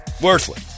worthless